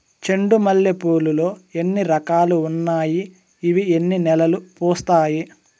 చెండు మల్లె పూలు లో ఎన్ని రకాలు ఉన్నాయి ఇవి ఎన్ని నెలలు పూస్తాయి